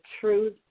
Truth